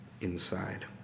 inside